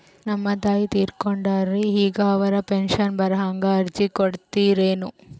ನಮ್ ತಾಯಿ ತೀರಕೊಂಡಾರ್ರಿ ಈಗ ಅವ್ರ ಪೆಂಶನ್ ಬರಹಂಗ ಅರ್ಜಿ ಕೊಡತೀರೆನು?